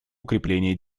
укреплении